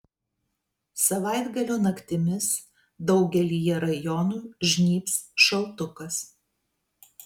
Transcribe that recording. savaitgalio naktimis daugelyje rajonų žnybs šaltukas